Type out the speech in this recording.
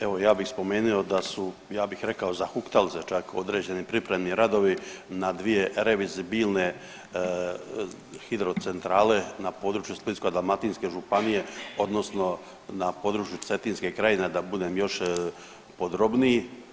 Evo, ja bih spomenio da su, ja bih rekao, zahuktali se čak određeni pripremni radovi na dvije revizibilne hidrocentrale na području Splitsko-dalmatinske županije odnosno na području Cetinske krajine, da budem još podrobniji.